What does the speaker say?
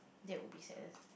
that would be saddest